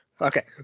Okay